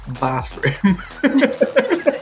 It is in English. bathroom